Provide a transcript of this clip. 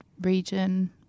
region